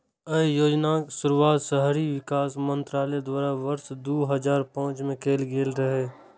अय योजनाक शुरुआत शहरी विकास मंत्रालय द्वारा वर्ष दू हजार पांच मे कैल गेल रहै